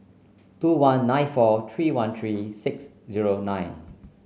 two one nine four three one three six zero nine